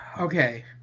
Okay